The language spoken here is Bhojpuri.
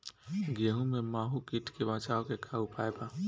गेहूँ में माहुं किट से बचाव के का उपाय बा?